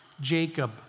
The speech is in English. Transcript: Jacob